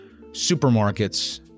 supermarkets